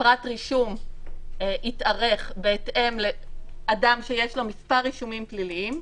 שפרט רישום יתארך בהתאם לאדם שיש לו מספר רישומים פליליים.